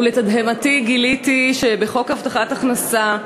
ולתדהמתי גיליתי שבחוק הבטחת הכנסה,